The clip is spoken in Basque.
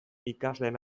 ikasleen